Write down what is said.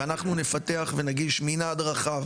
ואנחנו נפתח ונגיש מנעד רחב,